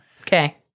Okay